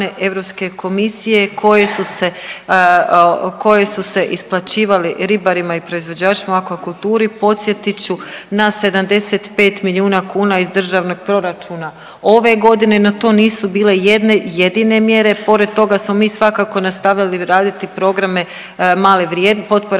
Europske komisije koje su se, koje su se isplaćivale ribarima i proizvođačima u akvakulturi. Podsjetit ću na 75 milijuna kuna iz državnog proračuna ove godine, no to nisu bile jedne jedine mjere, pored toga smo mi svakako nastavili raditi programe male vrije…,